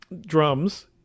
drums